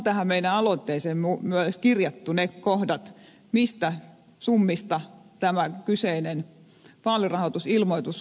tähän meidän aloitteeseemme on myös kirjattu ne kohdat mistä summista tämä kyseinen vaalirahoitusilmoitus olisi tehtävä